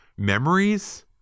Memories